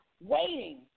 waiting